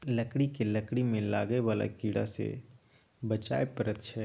लकड़ी केँ लकड़ी मे लागय बला कीड़ा सँ बचाबय परैत छै